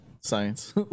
science